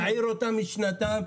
אני לא מקבל את האמירה הקודמת של עודדה,